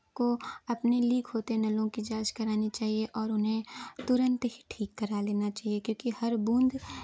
को अपनी लीक होते नलों की जाँच करानी चाहिए और उन्हें तुरंत ही ठीक करा लेना चाहिए क्योंकि हर बूंद